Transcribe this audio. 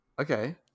Okay